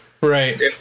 right